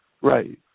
Right